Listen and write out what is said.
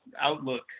outlook